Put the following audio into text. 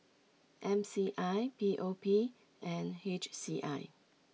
M C I P O P and H C I